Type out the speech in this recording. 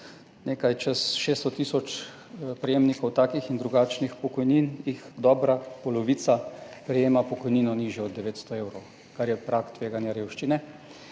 nekaj čez 600 tisoč prejemnikov takih in drugačnih pokojnin jih dobra polovica prejema pokojnino, nižjo od 900 evrov, kar je prag tveganja revščine,